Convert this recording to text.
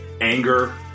anger